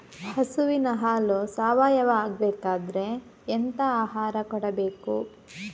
ಹಸುವಿನ ಹಾಲು ಸಾವಯಾವ ಆಗ್ಬೇಕಾದ್ರೆ ಎಂತ ಆಹಾರ ಕೊಡಬೇಕು?